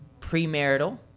premarital